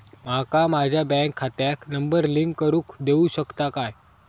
माका माझ्या बँक खात्याक नंबर लिंक करून देऊ शकता काय?